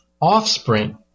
offspring